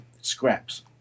scraps